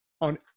on